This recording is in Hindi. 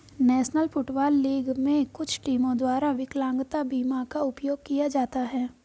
नेशनल फुटबॉल लीग में कुछ टीमों द्वारा विकलांगता बीमा का उपयोग किया जाता है